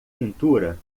pintura